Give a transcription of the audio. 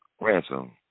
Ransom